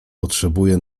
potrzebuję